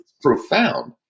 profound